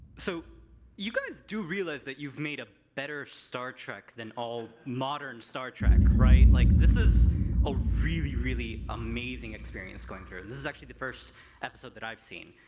so you guys do realize that you've made a better star trek than all modern star trek, right? like, this is a really, really amazing experience going through it. this is actually the first episode that i've seen,